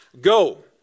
Go